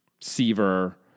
Seaver